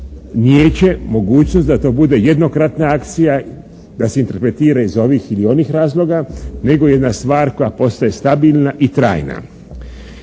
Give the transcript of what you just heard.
niječe mogućnost da to bude jednokratna akcija, da se interpretira iz ovih ili onih razloga, nego jedna stvar koja postaje stabilna i trajna.